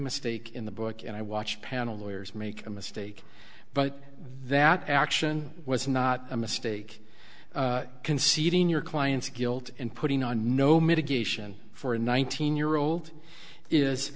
mistake in the book and i watched panel lawyers make a mistake but that action was not a mistake conceding your client's guilt and putting on no mitigation for a nineteen year old is